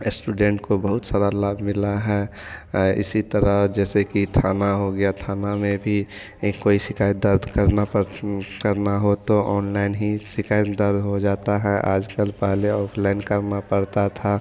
student को बहुत सारा लाभ मिला है इसी तरह जैसे कि थाना हो गया थाना में भी ये कोई शिकायत दर्द करना पड़ करना हो तो ऑनलाइन ही शिकायत दर हो जाता है आजकल पहले ऑफलाइन करना पड़ता था